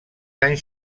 anys